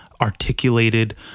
articulated